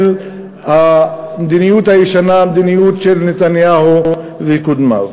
של המדיניות הישנה, המדיניות של נתניהו וקודמיו.